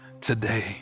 today